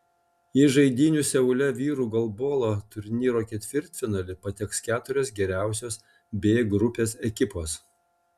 į žaidynių seule vyrų golbolo turnyro ketvirtfinalį pateks keturios geriausios b grupės ekipos